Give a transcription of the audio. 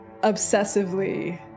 obsessively